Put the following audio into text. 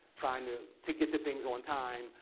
trying to to get the things on time,